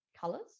colors